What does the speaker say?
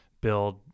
build